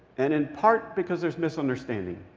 and in part because there's misunderstanding.